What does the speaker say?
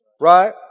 Right